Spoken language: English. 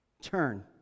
Turn